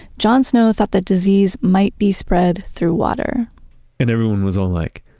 john snow thought that disease might be spread through water and everyone was all like,